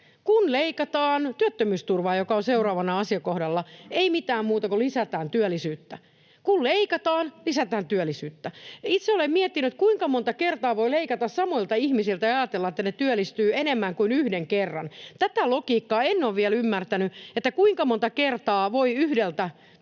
Kun leikataan työttömyysturvaa, joka on seuraavana asiakohtana, ei mitään muuta kuin lisätään työllisyyttä. Kun leikataan, lisätään työllisyyttä. Itse olen miettinyt, kuinka monta kertaa voi leikata samoilta ihmisiltä ja ajatella, että ne työllistyvät enemmän kuin yhden kerran. Tätä logiikkaa en ole vielä ymmärtänyt. Kuinka monta kertaa voi leikata yhdeltä